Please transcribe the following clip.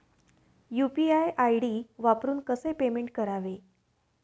UPI ID वापरून कसे payment करावे?